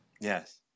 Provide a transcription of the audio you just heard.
Yes